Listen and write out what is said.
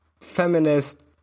feminist